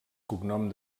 cognom